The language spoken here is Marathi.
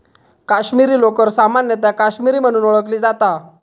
काश्मीरी लोकर सामान्यतः काश्मीरी म्हणून ओळखली जाता